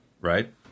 right